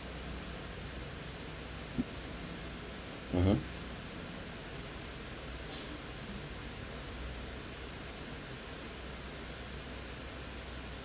mm